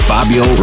Fabio